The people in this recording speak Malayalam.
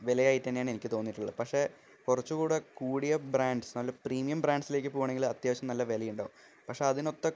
വിലയായിട്ടു തന്നെയാണ് എനിക്ക് തോന്നിയിട്ടുള്ളത് പക്ഷെ കുറച്ചുകൂടി കൂടിയ ബ്രാഡ്ൻസ് നല്ല പ്രീമിയം ബ്രാഡ്ൻസിലേക്ക് പോകുവാണെങ്കിൽ അത്യാവശ്യം നല്ല വിലയുണ്ടാകും പക്ഷെ അതിനൊത്ത